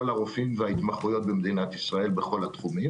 הרופאים וההתמחויות במדינת ישראל בכל התחומים,